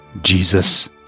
Jesus